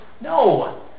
No